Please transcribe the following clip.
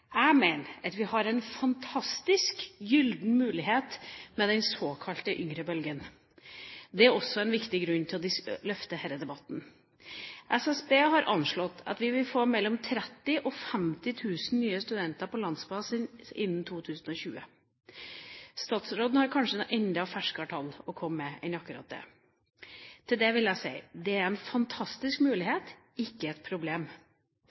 Jeg mener at vi har en fantastisk gyllen mulighet med den såkalte yngrebølgen. Det er også en viktig grunn til å løfte denne debatten. Statistisk sentralbyrå har anslått at vi vil få mellom 30 000 og 50 000 nye studenter på landsbasis innen 2020. Statsråden har kanskje enda ferskere tall å komme med. Til det vil jeg si: Det er en fantastisk mulighet, ikke et problem.